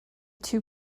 two